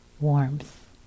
Warmth